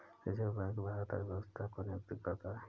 reserve bank Bharat की अर्थव्यवस्था को नियन्त्रित करता है